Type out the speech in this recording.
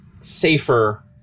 safer